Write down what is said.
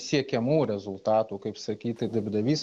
siekiamų rezultatų kaip sakyti darbdavys